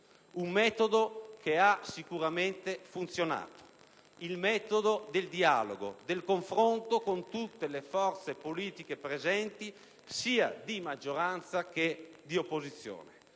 e che ha sicuramente funzionato: il metodo del dialogo e del confronto con tutte le forze politiche presenti, sia di maggioranza che di opposizione.